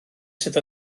sydd